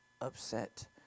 upset